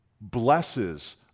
blesses